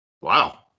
Wow